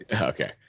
Okay